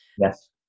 Yes